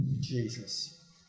Jesus